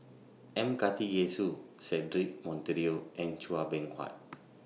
M Karthigesu Cedric Monteiro and Chua Beng Huat